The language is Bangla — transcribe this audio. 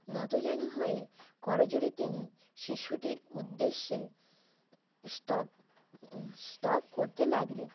নতজানু হয়ে করজোড়ে তিনি শিশুটির উদ্দেশ্যে স্তব স্তব করতে লাগলেন